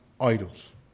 idols